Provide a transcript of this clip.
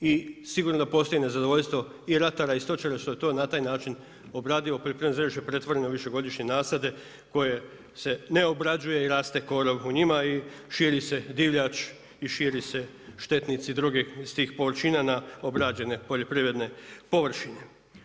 i sigurno da postoji nezadovoljstvo i ratara i stočara što je to na taj način, obradivo, poljoprivredno zemljište pretvoreno u višegodišnje nasade koji se ne obrađuje i raste korov u njima i širi si divljač i šire se štetnici druge s tih površina na obrađene poljoprivredne površine.